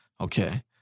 Okay